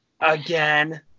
again